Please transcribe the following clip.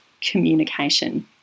communication